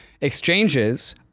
exchanges